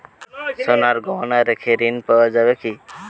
সোনার গহনা রেখে ঋণ পাওয়া যাবে কি?